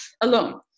alone